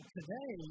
today